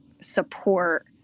support